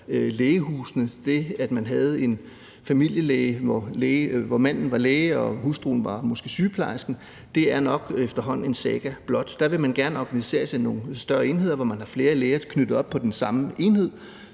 lægehusene og det, at man havde en lægefamilie, hvor manden var læge og hustruen måske sygeplejerske, er nok efterhånden en saga blot. Man vil gerne organiseres i nogle større enheder, hvor man er flere læger knyttet til den samme enhed